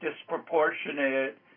disproportionate